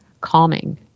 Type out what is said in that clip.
calming